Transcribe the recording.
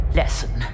lesson